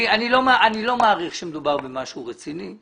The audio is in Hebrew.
אני לא מעריך שמדובר במשהו רציני.